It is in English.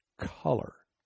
color